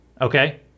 Okay